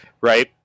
right